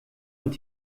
und